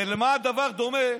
למה הדבר דומה?